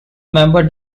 member